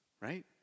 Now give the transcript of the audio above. Right